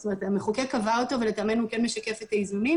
זאת אומרת המחוקק קבע אותו ולטעמנו כן משקף את האיזונים